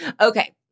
Okay